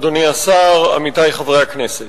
אדוני השר, עמיתי חברי הכנסת,